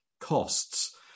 costs